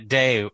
day